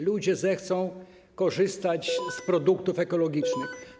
Ludzie chcą korzystać z produktów ekologicznych.